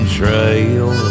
trail